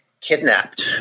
kidnapped